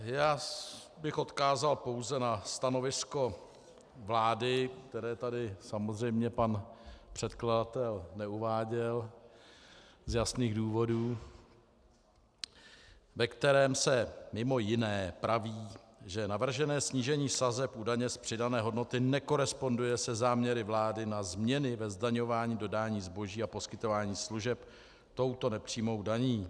Já bych odkázal pouze na stanovisko vlády, které tady samozřejmě pan předkladatel neuváděl z jasných důvodů, ve kterém se mj. praví, že navržené snížení sazeb u daně z přidané hodnoty nekoresponduje se záměry vlády na změny ve zdaňování dodání zboží a poskytování služeb touto nepřímou daní.